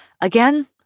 Again